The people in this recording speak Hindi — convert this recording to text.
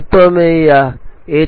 वास्तव में यह एच माइनस होना चाहिए